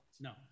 No